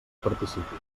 participi